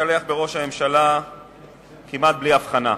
להשתלח בראש הממשלה כמעט בלי הבחנה.